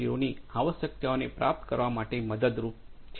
0 ની આવશ્યકતાઓને પ્રાપ્ત કરવા માટે મદદરૂપ છે